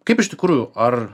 kaip iš tikrųjų ar